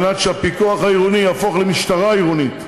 שהפיקוח העירוני יהפוך למשטרה עירונית.